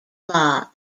law